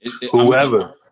Whoever